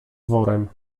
worem